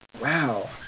Wow